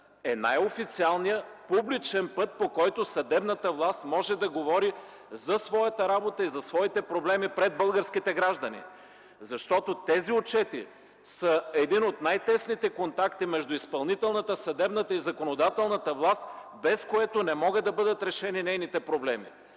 е най-официалният публичен път, по който съдебната власт може да говори за своята работа и за своите проблеми пред българските граждани. Защото тези отчети са едни от най-тесните контакти между изпълнителната, съдебната и законодателна власт, без което не могат да бъдат решени нейните проблеми.